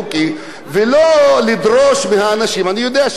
אני יודע שסגן השר יענה